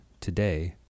today